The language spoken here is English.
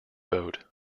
boat